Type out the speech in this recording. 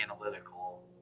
analytical